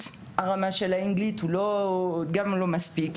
רמת האנגלית גם לא מספקת.